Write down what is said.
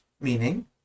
meaning